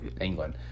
England